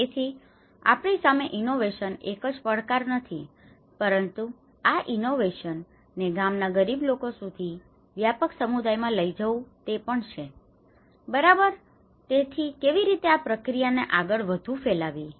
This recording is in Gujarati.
તેથી આપણી સામે ઇનોવેશન એકજ પડકાર નથી પરંતુ આ ઇનોવેશન ને ગામના ગરીબ લોકો સુધી વ્યાપક સમુદાયો માં લઇ જવું તે પણ છે બરાબર તેથી કેવી રીતે આ પ્રક્રિયા ને આગળ વધુ ફેવવી શકાય